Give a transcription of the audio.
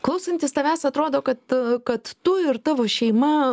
klausantis tavęs atrodo kad kad tu ir tavo šeima